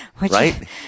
Right